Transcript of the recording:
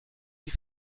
die